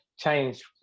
change